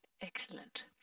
Excellent